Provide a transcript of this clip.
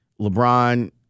LeBron